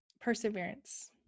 Perseverance